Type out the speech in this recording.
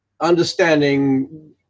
understanding